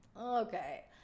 Okay